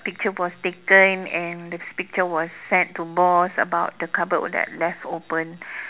picture was taken and the picture was sent to boss about the cupboard that I left open